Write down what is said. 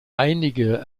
einige